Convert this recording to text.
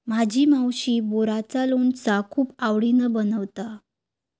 माझी मावशी बोराचा लोणचा खूप आवडीन बनवता